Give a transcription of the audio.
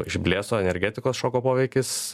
išblėso energetikos šoko poveikis